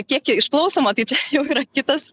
kiek išklausoma tai čia jau yra kitas